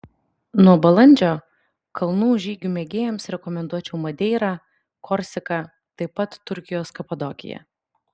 nuo balandžio kalnų žygių mėgėjams rekomenduočiau madeirą korsiką taip pat turkijos kapadokiją